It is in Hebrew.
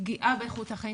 פגיעה באיכות החיים,